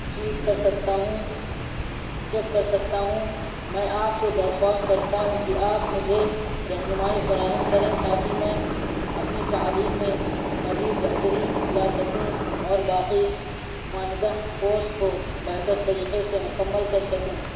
check کر سکتا ہوں چیک کر سکتا ہوں میں آپ سے درخواست کرتا ہوں کہ آپ مجھے رہنمائی فراہم کریں تاکہ میں اپنی تعلیم میں مزید بہتری لا سکوں اور باقی ماندہ کورس کو بہتر طریقے سے مکمل کر سکوں